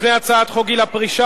לפני הצעת חוק גיל הפרישה,